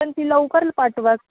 पण ती लवकर पाठवा